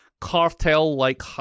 cartel-like